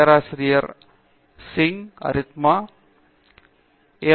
பேராசிரியர் அரிந்தமா சிங் எம்